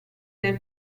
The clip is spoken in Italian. nel